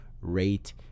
rate